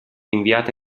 inviata